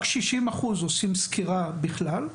רק 60% עושים סקירה בכלל,